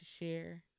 share